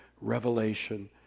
revelation